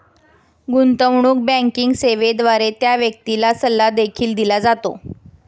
गुंतवणूक बँकिंग सेवेद्वारे त्या व्यक्तीला सल्ला देखील दिला जातो